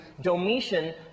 Domitian